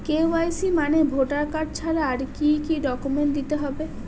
KYC মানে voter card ছাড়া আর কি কি ডকুমেন্ট দিতে হবে?